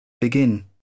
begin